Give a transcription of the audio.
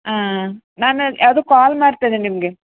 ಹಾಂ ನಾನು ಯಾವುದೂ ಕಾಲ್ ಮಾಡ್ತೇನೆ ನಿಮಗೆ